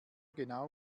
genau